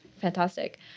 Fantastic